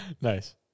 Nice